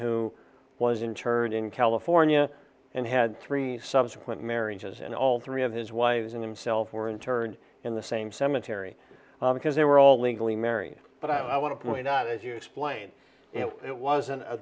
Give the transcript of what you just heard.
who was interred in california and had three subsequent marriages and all three of his wives and himself were interned in the same cemetery because they were all legally married but i want to point out as you explained it wasn't a